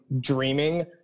dreaming